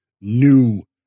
new